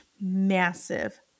massive